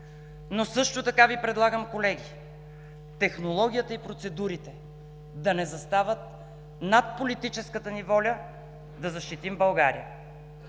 но също така Ви предлагам, колеги, технологията и процедурите да не застават над политическата ни воля да защитим България.